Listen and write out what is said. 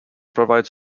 provide